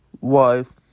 wife